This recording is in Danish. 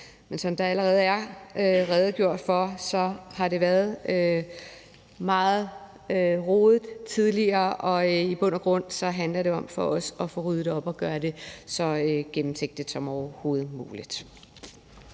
Men som der allerede er redegjort for, har det været meget rodet tidligere, og i bund og grund handler det for os om at få ryddet op og gøre det så gennemsigtigt som overhovedet muligt.